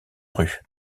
rue